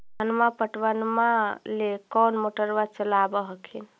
धनमा पटबनमा ले कौन मोटरबा चलाबा हखिन?